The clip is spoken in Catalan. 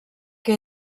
que